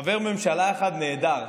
חבר ממשלה אחד נעדר.